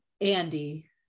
andy